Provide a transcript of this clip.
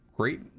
Great